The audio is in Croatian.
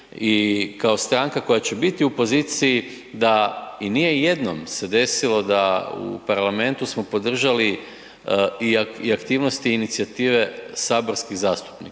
kao stranka koja će biti u poziciji da i nije jednom se desilo da u parlamentu smo podržali i aktivnosti i inicijative saborskih zastupnika.